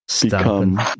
become